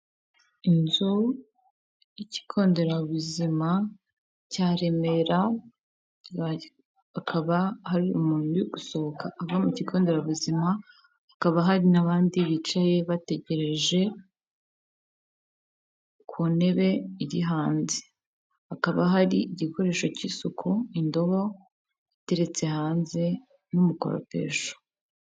Inzu y'ikigo nderabuzima cya Remera, hakaba hari umuntu uri gusohoka ava mu kigo nderabuzima, kababa hari n'abandi bicaye bategereje ku ntebe iri hanze. Hakaba hari igikoresho cy'isuku indobo iteretse hanze, n'umukoropesho.